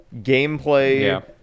gameplay